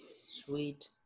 Sweet